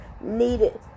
needed